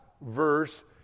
verse